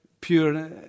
pure